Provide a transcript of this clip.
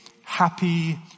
happy